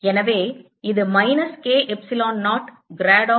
எனவே இது minus K epsilon 0 grad of V r